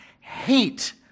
hate